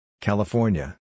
California